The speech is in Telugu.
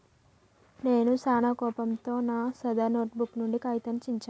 నాను సానా కోపంతో నా సాదా నోటుబుక్ నుండి కాగితాన్ని చించాను